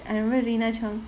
I remember rena chong